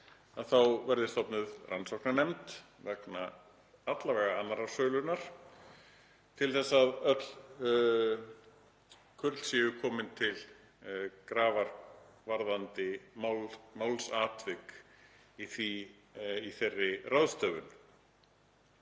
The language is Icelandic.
þá verði stofnuð rannsóknarnefnd vegna alla vega annarrar sölunnar, til þess að öll kurl séu komin til grafar varðandi málsatvik í þeirri ráðstöfun.